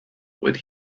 would